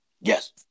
Yes